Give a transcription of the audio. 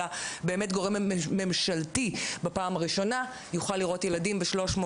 אלא גורם ממשלתי בפעם הראשונה יוכל לראות ילדים ב-360.